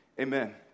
amen